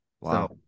Wow